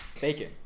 bacon